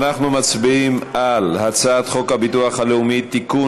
אנחנו מצביעים על הצעת חוק הביטוח הלאומי (תיקון,